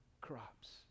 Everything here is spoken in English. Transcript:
crops